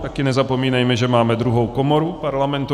Také nezapomínejme, že máme druhou komoru Parlamentu.